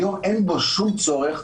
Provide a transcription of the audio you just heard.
היום אין בו שום צורך,